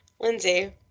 Lindsay